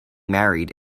married